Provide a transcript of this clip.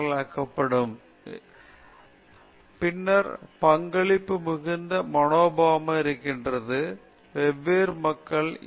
அசல் வரை நீங்கள் பரிசோதனையைச் செய்துள்ளீர்கள் சரியான முடிவுகளை எடுத்திருக்கிறீர்கள் பின்னர் பங்களிப்பு மிகுந்த மனோபாவமாக இருக்கிறது வெவ்வேறு மக்கள்